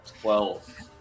twelve